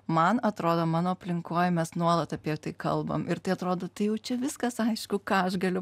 man atrodo mano aplinkoj mes nuolat apie tai kalbam ir tai atrodo tai jau čia viskas aišku ką aš galiu